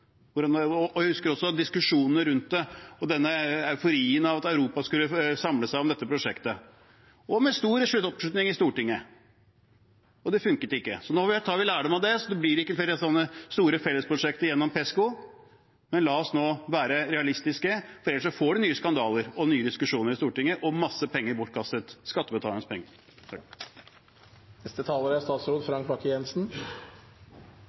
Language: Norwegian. husker også diskusjoner rundt det og denne euforien rundt at Europa skulle samle seg om dette prosjektet – og med stor oppslutning i Stortinget. Det fungerte ikke. Nå tar vi lærdom av det, så det ikke blir flere slike store felles prosjekter gjennom PESCO. La oss nå være realistiske, for ellers får vi nye skandaler og nye diskusjoner i Stortinget – og masse penger bortkastet, skattebetalernes penger. Det var et godt bilde på dette. Det er